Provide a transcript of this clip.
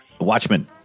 Watchmen